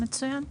מצוין.